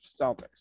Celtics